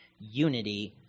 unity